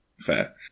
Fair